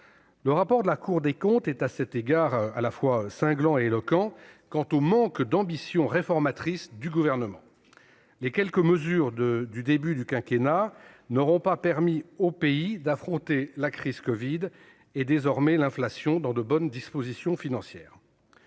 Le rapport de la Cour des comptes est, à cet égard, cinglant et éloquent quant au manque d'ambition réformatrice du Gouvernement. Les quelques mesures du début de quinquennat n'auront pas permis au pays d'affronter la crise covid et, désormais, l'inflation, dans de bonnes dispositions financières.